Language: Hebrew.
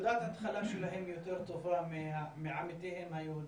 נקודת ההתחלה שלהם יותר טובה מעמיתיהם היהודים.